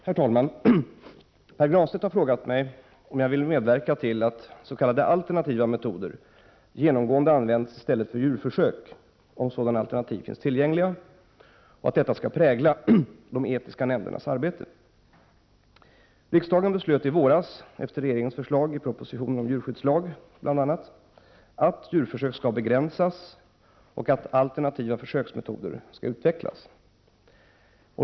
Herr talman! Pär Granstedt har frågat mig om jag vill medverka till att s.k. alternativa metoder genomgående används i stället för djurförsök, om sådana alternativ finns tillgängliga, och till att detta skall prägla de etiska nämndernas arbete. Riksdagen beslöt i våras efter regeringens förslag i propositionen om djurskyddslag bl.a. att djurförsök skall begränsas och att alternativa försöksmetoder skall utvecklas.